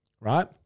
right